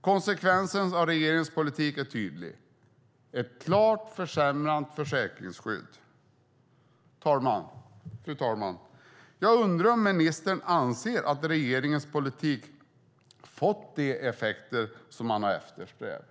Konsekvensen av regeringens politik är alltså tydlig: ett klart försämrat försäkringsskydd. Fru talman! Jag undrar om ministern anser att regeringens politik har fått de effekter som man har eftersträvat.